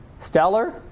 Stellar